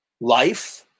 life